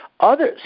Others